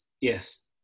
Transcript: yes